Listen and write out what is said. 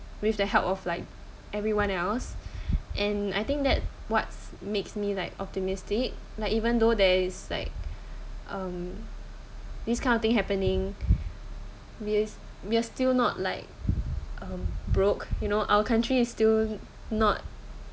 with the help of like everyone else and I think that what's makes me like optimistic like even though there is like um this kind of thing happening we're we are still not like um broke you know our country is still not